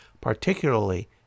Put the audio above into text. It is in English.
particularly